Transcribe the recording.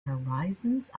horizons